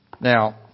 Now